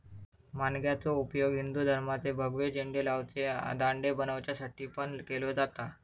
माणग्याचो उपयोग हिंदू धर्माचे भगवे झेंडे लावचे दांडे बनवच्यासाठी पण केलो जाता